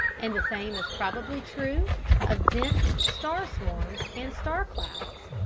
and the same is probably true of dense star-swarms and star-clouds.